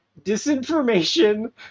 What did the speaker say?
disinformation